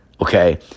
okay